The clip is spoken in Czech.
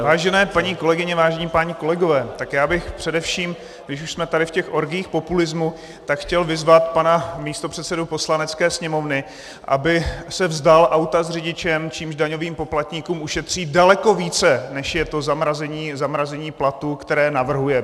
Vážené paní kolegyně, vážení páni kolegové, já bych především, když už jsme tady v těch orgiích populismu, chtěl vyzvat pana místopředsedu Poslanecké sněmovny, aby se vzdal auta s řidičem, čímž daňovým poplatníkům ušetří daleko více, než je zamrazení platů, které navrhuje.